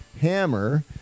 hammer